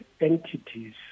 entities